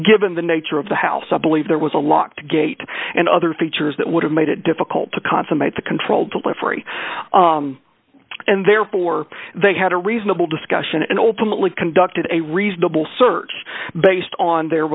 given the nature of the house i believe there was a locked gate and other features that would have made it difficult to consummate the controlled delivery and therefore they had a reasonable discussion and ultimately conducted a reasonable search based on their